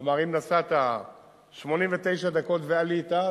כלומר אם נסעת 89 דקות ועלית,